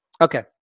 Okay